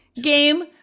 game